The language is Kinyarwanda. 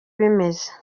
bimeze